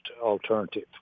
alternative